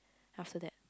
after that